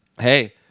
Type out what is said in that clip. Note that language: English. Hey